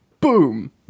Boom